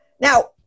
Now